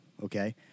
Okay